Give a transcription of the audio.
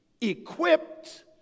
equipped